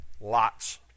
Lots